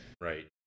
Right